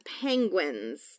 penguins